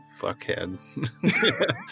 fuckhead